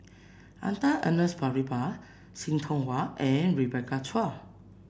Arthur Ernest Percival See Tiong Wah and Rebecca Chua